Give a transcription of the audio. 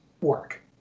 work